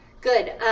Good